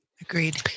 Agreed